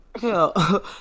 Hell